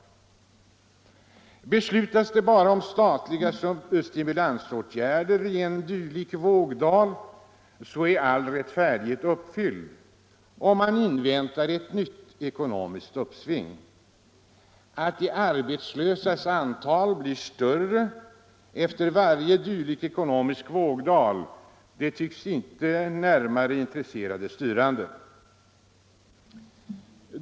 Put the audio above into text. Beslutas det bara om statliga stimulansåtgärder i en dylik vågdal, så är all rättfärdighet uppfylld, och man inväntar ett nytt ekonomiskt uppsving. Att de arbetslösas antal blir allt större efter varje dylik ekonomisk vågdal tycks inte nämnvärt intressera de styrande.